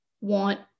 want